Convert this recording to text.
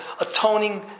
atoning